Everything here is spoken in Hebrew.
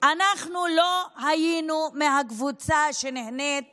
אנחנו לא היינו מהקבוצה שנהנית